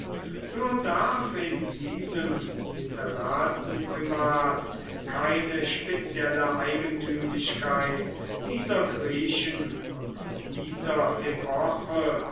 nur darf in diesem literatenprimat keine spezielle eigentümlichkeit dieser griechen und dieser epoche